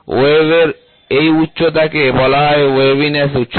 wave এর এই উচ্চতা কে বলা হয় ওয়েভিনেস উচ্চতা